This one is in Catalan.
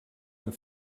amb